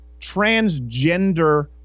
transgender